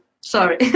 Sorry